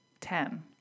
Ten